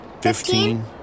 Fifteen